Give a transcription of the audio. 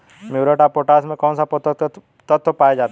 Muriate of potash में कौन सा पोषक तत्व पाया जाता है?